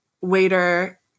waiter